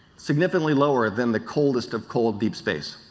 significantly lower than the coldest of code deep space.